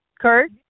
Kurt